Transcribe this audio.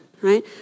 right